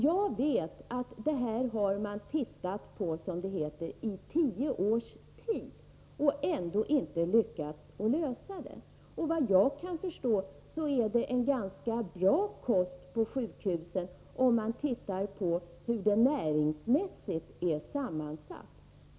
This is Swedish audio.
Jag vet att man, som det heter, har tittat på detta i tio års tid, och ändå har man inte lyckats lösa problemet. Såvitt jag kan förstå är det en ganska bra kost på sjukhusen, om man ser på hur den näringsmässigt är sammansatt.